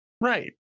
Right